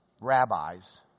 rabbis